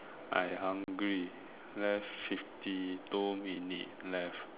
I hungry left fifty two minutes left